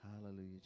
Hallelujah